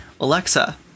Alexa